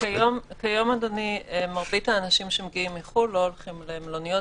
כיום רוב האנשים שמגיעים מחו"ל לא הולכים למלוניות.